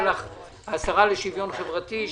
השרה לשוויון חברתי.